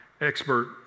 expert